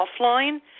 offline